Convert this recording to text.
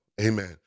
amen